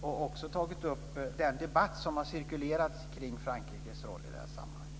och också tagit upp den debatt som har cirkulerat kring Frankrikes roll i det här sammanhanget.